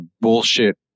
bullshit